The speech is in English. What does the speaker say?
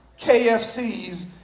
KFCs